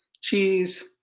cheese